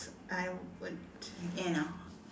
I would you know